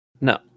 No